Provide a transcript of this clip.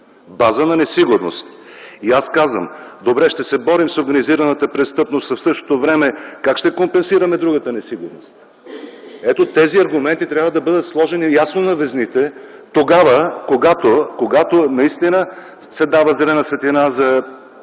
База на несигурност! И аз казвам: добре, ще се борим с организираната престъпност, а в същото време как ще компенсираме другата несигурност? Ето тези аргументи трябва да бъдат сложени ясно на везните тогава, когато наистина се дава зелена светлина за